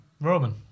Roman